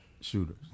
Shooters